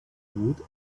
would